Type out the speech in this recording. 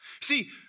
See